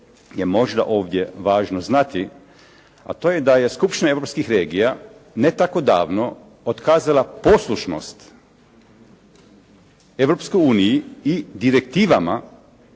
je možda ovdje važno znati, a to je da je skupština europskih regija ne tako davno otkazala poslušnost Europskoj uniji i direktivama